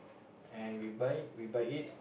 and we buy we buy it